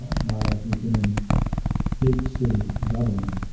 ah maya, who have been in big city government,